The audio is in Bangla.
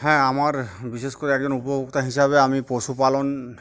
হ্যাঁ আমার বিশেষ করে একজন উপভোক্তা হিসাবে আমি পশুপালন